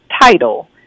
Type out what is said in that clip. title